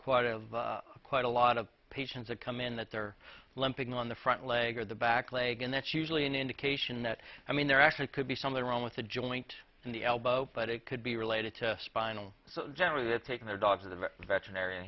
quite a quite a lot of patients that come in that they're limping on the front leg or the back leg and that's usually an indication that i mean there actually could be something wrong with the joint in the elbow but it could be related to spinal so gently that taking their dogs as a veterinarian